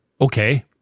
Okay